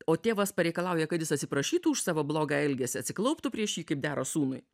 o tėvas pareikalauja kad jis atsiprašytų už savo blogą elgesį atsiklauptų prieš jį kaip dera sūnui